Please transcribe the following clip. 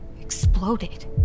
exploded